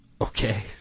Okay